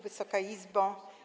Wysoka Izbo!